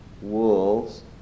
wolves